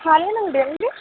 ಹಾಲಿನ ಅಂಗಡಿ ಅಲ್ರಿ